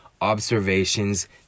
observations